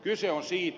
kyse on siitä